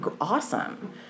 awesome